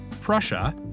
Prussia